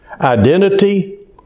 identity